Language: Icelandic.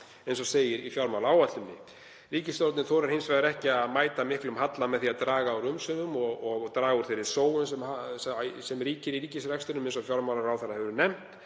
eins og segir í fjármálaáætluninni. Ríkisstjórnin þorir hins vegar ekki að mæta miklum halla með því að draga úr umsvifum og þeirri sóun sem ríkir í ríkisrekstrinum eins og fjármálaráðherra hefur nefnt.